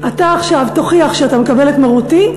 אתה עכשיו תוכיח שאתה מקבל את מרותי,